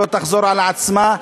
שלא תחזור על עצמה,